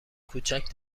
کوچک